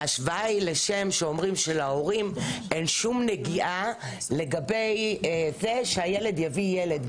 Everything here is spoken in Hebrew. ההשוואה היא לשם שאומרים שלהורים אין שום נגיעה לגבי זה שהילד יביא ילד.